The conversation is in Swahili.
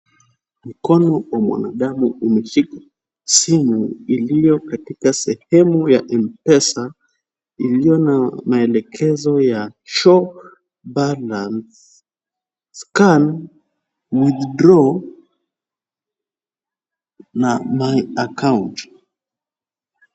Mkono wa mwanadamu umeshika simu iliyo katika sehemu ya M-Pesa, iliyo na maelekezo ya show balance, scan, withdraw na my account .